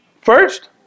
first